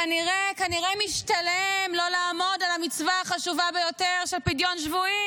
כנראה משתלם לא לעמוד על המצווה החשובה ביותר של פדיון שבויים.